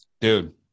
Dude